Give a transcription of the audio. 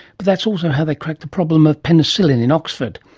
but that's also how they cracked the problem of penicillin in oxford,